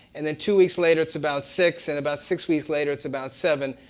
and then two weeks later, it's about six, and about six weeks later, it's about seven.